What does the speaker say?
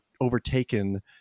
overtaken